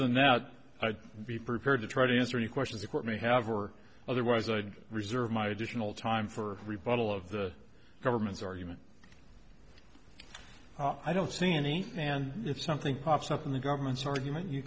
than that i'd be prepared to try to answer any questions the court may have or otherwise i would reserve my additional time for rebuttal of the government's argument i don't see any and if something pops up in the government's argument you